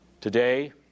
Today